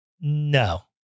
No